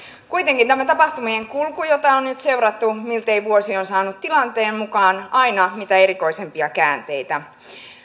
kuitenkin tämä tapahtumien kulku jota on nyt seurattu miltei vuosi on saanut tilanteen mukaan aina mitä erikoisimpia käänteitä